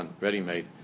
ready-made